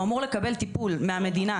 הוא אמור לקבל טיפול מהמדינה.